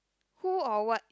who or what